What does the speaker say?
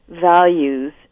values